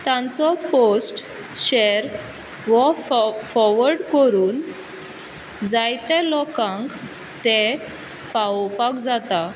तांचो post share वा फो फोरवर्ड करून जायते लोकांक ते पावोपाक जाता